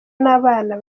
n’abana